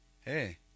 Hey